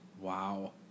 Wow